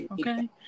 okay